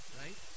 right